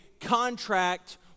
contract